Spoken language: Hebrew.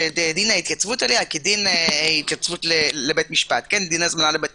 שדין ההתייצבות אליה כדין הזמנה לבית משפט.